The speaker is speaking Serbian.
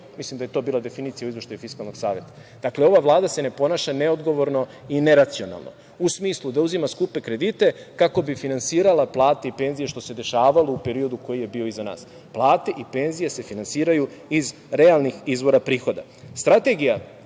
Mislim da je to bila definicija u Izveštaju Fiskalnog saveta. Dakle, ova Vlada se ne ponaša neodgovorno i neracionalno u smislu da uzima skupe kredite kako bi finansirala plate i penzije, što se dešavalo u periodu iza nas. Plate i penzije se finansiraju iz realnih izvora prihoda. Strategija,